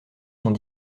sont